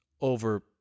over